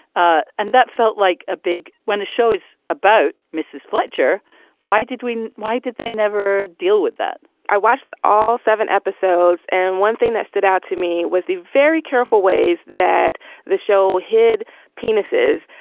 ah and that felt like a big. when the show is about about mrs. fletcher why did we why did they never deal with that i watched all seven episodes and one thing that stood out to me was the very careful ways that the show hid penises.